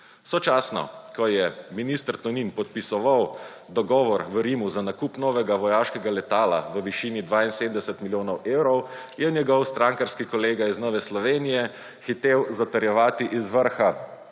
Sočasno, ko je minister Tonin podpisoval dogovor v Rimu za nakup novega vojaškega letala v višini 72 milijonov evrov je njegov strankarski kolega iz Nove Slovenije hitel zatrjevati iz vrha